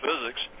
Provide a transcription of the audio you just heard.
physics